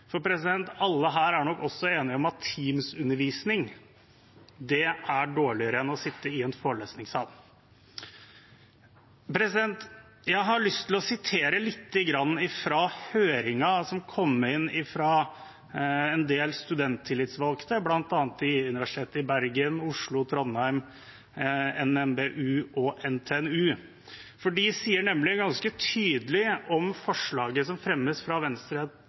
alle her er nok også enige om at Teams-undervisning er dårligere enn å sitte i en forelesningssal. Jeg har lyst til å sitere lite grann fra høringssvarene som kom inn fra en del studenttillitsvalgte på bl.a. universitetene i Bergen, Oslo og Trondheim, NMBU og NTNU. De sier nemlig ganske tydelig om forslaget som fremmes fra Venstre,